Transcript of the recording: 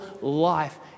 life